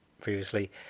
previously